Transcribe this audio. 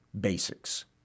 basics